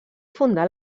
fundà